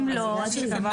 אז נכתוב,